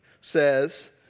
says